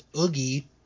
Oogie